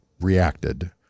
reacted